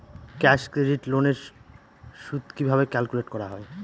Cash credit loan এর সুদ কিভাবে ক্যালকুলেট করা হয়?